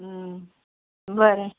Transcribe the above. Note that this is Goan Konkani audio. बरें